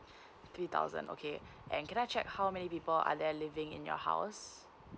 three thousand okay and can I check how many people are there living in your house